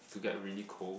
to get really cold